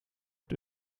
het